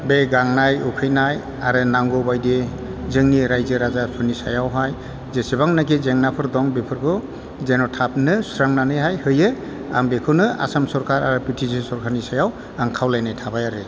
बे गांनाय उखैनाय आरो नांगौ बायदि जोंनि रायजो राजाफोरनि सायावहाय जेसेबांनाखि जेंनाफोर दं बेफोरखौ जेन' थाबनो सुस्रांनानैहाय होयो आं बेखौनो आसाम सरखार आरो बि टि सि सरखारनि सायाव आं खावलायनाय थाबाय आरो